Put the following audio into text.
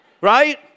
Right